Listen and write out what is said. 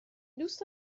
دوست